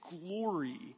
glory